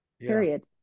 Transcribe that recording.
period